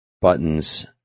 buttons